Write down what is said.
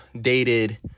dated